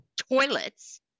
Toilets